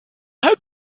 hoped